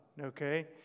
Okay